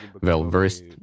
well-versed